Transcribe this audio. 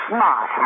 Smart